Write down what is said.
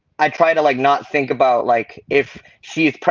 i try to like not think about like if she is,